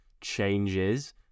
changes